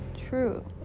true